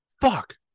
fuck